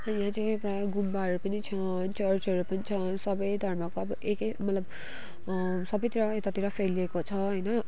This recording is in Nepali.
अनि यहाँ चाहिँ प्रायः गुम्बाहरू पनि छन् चर्चहरू पनि छन् सबै धर्मको अब एकै मतलब सबैतिर यतातिर फैलिएको छ होइन